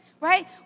right